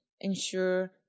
ensure